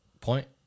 Point